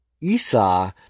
Esau